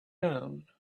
down